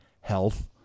health